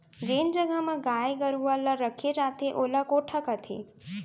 जेन जघा म गाय गरूवा ल रखे जाथे ओला कोठा कथें